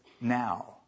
now